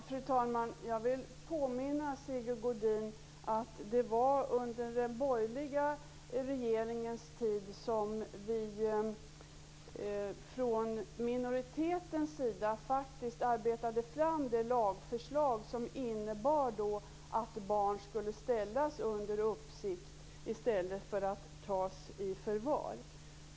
Fru talman! Jag vill påminna Sigge Godin att det var under den borgerliga regeringens tid som vi från minoritetens sida arbetade fram det lagförslag som innebar att barn skulle ställas under uppsikt i stället för att tas i förvar.